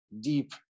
deep